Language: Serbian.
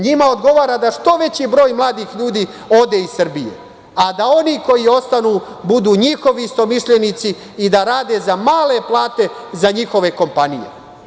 Njima odgovara da što veći broj mladih ljudi ode iz Srbije, a da oni koji ostanu budu njihovi istomišljenici i da rade za male plate za njihove kompanije.